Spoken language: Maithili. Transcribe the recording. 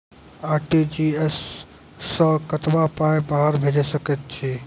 आर.टी.जी.एस सअ कतबा पाय बाहर भेज सकैत छी?